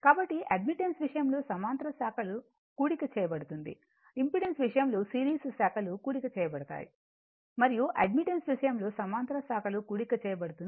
కాబట్టి అడ్మిటెన్స్ విషయంలో సమాంతర శాఖలు కూడిక చేయబడుతుంది ఇంపెడెన్స్ విషయంలో సిరీస్ శాఖలు కూడిక చేయబడతాయి మరియు అడ్మిటెన్స్ విషయంలో సమాంతర శాఖలు కూడిక చేయబడుతుంది